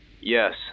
Yes